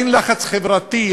אין לחץ חברתי,